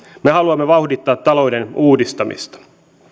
me haluamme vauhdittaa talouden uudistamista